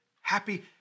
Happy